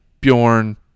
Bjorn